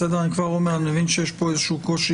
אני מבין שיש פה איזשהו קושי